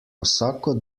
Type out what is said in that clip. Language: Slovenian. vsako